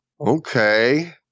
okay